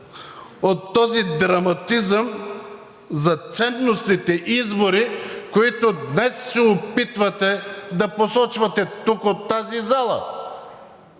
от този драматизъм за ценностните избори, които днес се опитвате да посочвате тук от тази зала.